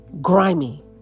grimy